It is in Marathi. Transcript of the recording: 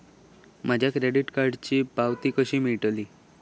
माझ्या क्रेडीट कार्डची पावती कशी मिळतली?